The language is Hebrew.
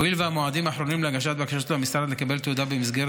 הואיל והמועדים האחרונים להגשת בקשות למשרד לקבל תעודה במסגרת